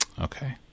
Okay